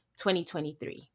2023